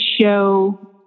show